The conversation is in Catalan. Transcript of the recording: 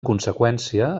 conseqüència